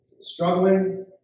struggling